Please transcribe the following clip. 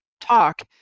talk